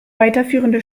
weiterführende